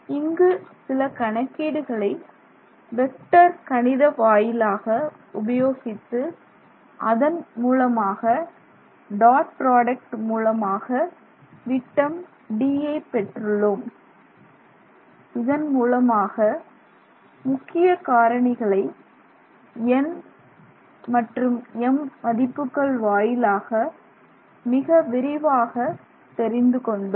இங்கு சில கணக்கீடுகளை வெக்டர் கணித வாயிலாக உபயோகித்து அதன் மூலமாக டாட் ப்ராடக்ட் மூலமாக விட்டம் D யை பெற்றுள்ளோம் இதன் மூலமாக முக்கிய காரணிகளை nm மதிப்புகள் வாயிலாக மிக விரிவாக தெரிந்து கொண்டோம்